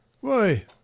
Why